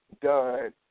done